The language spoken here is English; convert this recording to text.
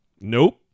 Nope